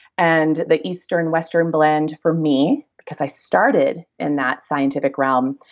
and the eastern-western blend for me, because i started in that scientific realm